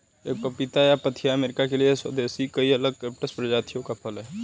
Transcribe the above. एक पपीता या पिथाया अमेरिका के लिए स्वदेशी कई अलग कैक्टस प्रजातियों का फल है